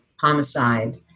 homicide